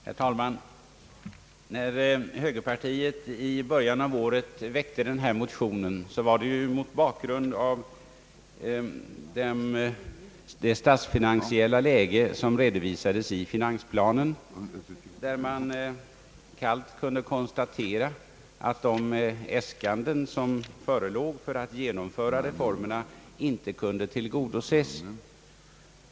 Herr talman! När högerpartiet i början av året väckte denna motion skedde det ju mot bakgrunden av det statsfinansiella läge som redovisades i finansplanen, där man kallt kunde konstatera att de äskanden som förelåg för reformernas genomförande inte kunde tillgodoses.